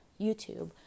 YouTube